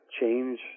change